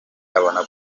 abona